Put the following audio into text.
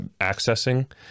accessing